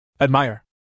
Admire